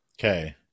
Okay